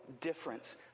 difference